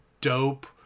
dope